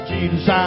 Jesus